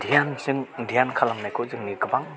ध्यानजों ध्यान खालामनायखौ जोंनि गोबां